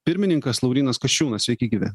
pirmininkas laurynas kasčiūnas sveiki gyvi